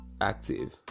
active